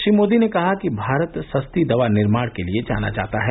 श्री मोदी ने कहा कि भारत सस्ती दवा निर्माण के लिए जाना जाता है